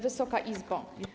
Wysoka Izbo!